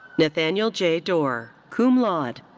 nathaniel j. dorr cum laude.